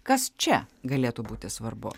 kas čia galėtų būti svarbu